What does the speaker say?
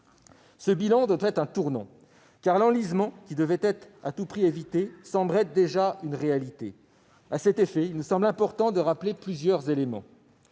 Ce bilan doit être un tournant, car l'enlisement, qui devait être à tout prix évité, semble déjà une réalité. À cet effet, il nous apparaît important de rappeler que la